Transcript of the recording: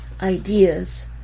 ideas